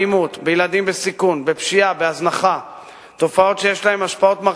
אני שייך לאלה שמאוד סקפטיים לגבי האפשרות להתקדם ולו